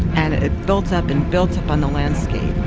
and it built up and built up on the landscape